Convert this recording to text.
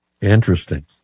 Interesting